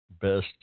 best